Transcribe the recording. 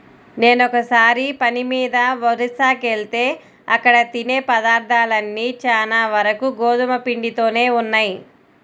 నేనొకసారి పని మీద ఒరిస్సాకెళ్తే అక్కడ తినే పదార్థాలన్నీ చానా వరకు గోధుమ పిండితోనే ఉన్నయ్